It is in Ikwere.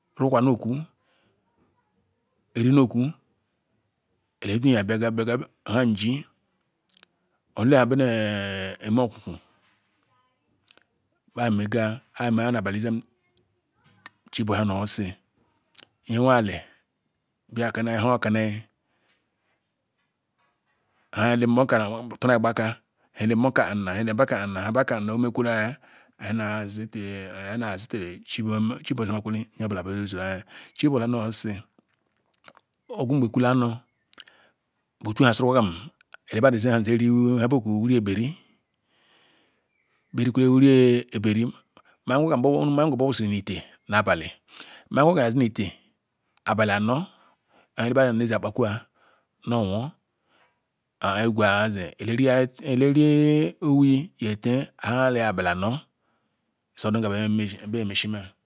turukwu neh ekwu iri noh okwu devi nah biaga biaga nham ji oleha ene okuku beh emega ayi emehvnu abali izukam chiboya nu osisi nyewali biakani hokani-ayi eli mo woh lūna ayi ngbaka elimo kam-amu enazete enuzedu chibo chibocha nyeobu chibola nu osisi ogwu ngbe kula butu neh owa nele badu eze Ham zeh eri nri ekpori beh ri kwele nri eperi nhaya ngwo wah wasuru ni iteh nmaya ngwo na zimi iteh Abeli anor debadu akpaku- al obu egwu zi owu ize teh nayi alabi anor nsmi gam